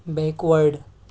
backward